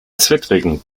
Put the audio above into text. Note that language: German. zwittrigen